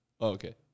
okay